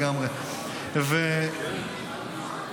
את יודעת,